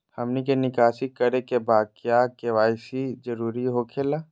हमनी के निकासी करे के बा क्या के.वाई.सी जरूरी हो खेला?